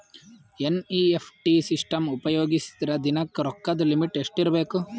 NEFT system ಉಪಯೋಗಿಸಿದರ ದಿನದ ರೊಕ್ಕದ ಲಿಮಿಟ್ ಎಷ್ಟ ಇರಬೇಕು?